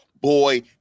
boy